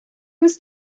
was